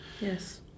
Yes